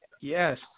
Yes